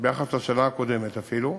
ביחס לשנה הקודמת אפילו,